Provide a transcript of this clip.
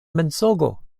mensogo